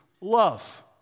love